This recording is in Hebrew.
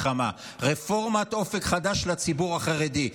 רפורמת אופק חדש לציבור החרדי.